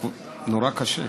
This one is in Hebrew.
נורא קשה.